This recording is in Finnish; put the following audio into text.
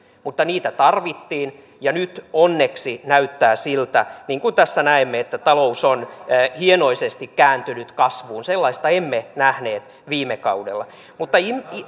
mutta niitä tarvittiin ja nyt onneksi näyttää siltä niin kuin tässä näimme että talous on hienoisesti kääntynyt kasvuun sellaista emme nähneet viime kaudella mutta